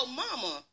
mama